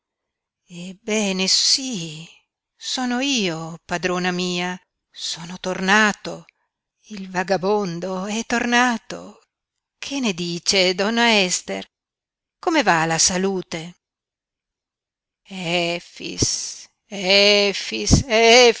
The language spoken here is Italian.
ebbene sí sono io padrona mia sono tornato il vagabondo è tornato che ne dice donna ester come va la salute efix efix